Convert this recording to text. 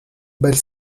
bel